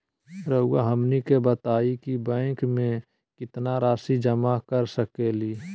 रहुआ हमनी के बताएं कि बैंक में कितना रासि जमा कर सके ली?